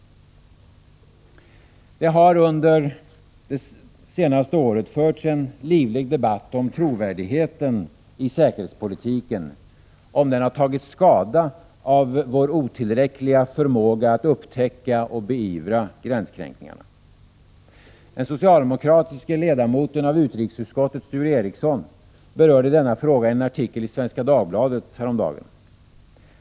Det har under det senaste året förts en livlig debatt om huruvida trovärdigheten i säkerhetspolitiken har tagit skada av vår otillräckliga förmåga att upptäcka och beivra gränskränkningar. Den socialdemokratiske ledamoten av utrikesutskottet, Sture Ericson, berörde denna fråga i en artikel i Svenska Dagbladet häromdagen.